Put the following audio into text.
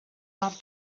vám